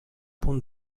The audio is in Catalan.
punt